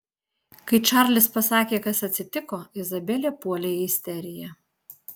kai čarlis pasakė kas atsitiko izabelė puolė į isteriją